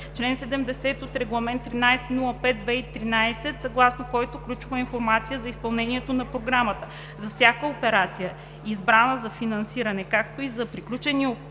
чл. 70 от Регламент 1305/2013, съгласно който ключова информация за изпълнението на програмата, за всяка операция, избрана за финансиране, както и за приключени операции,